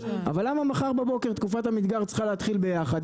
אבל למה מחר בבוקר תקופת המדגר צריכה להתחיל ביחד?